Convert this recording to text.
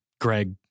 Greg